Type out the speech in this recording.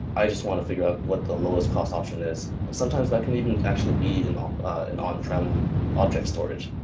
i just want to figure out what the lowest cost option is. sometimes that can even actually be in ah and on-prem object storage.